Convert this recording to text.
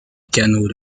canot